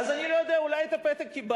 אז אני לא יודע, אולי את הפתק קיבלתם.